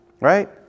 right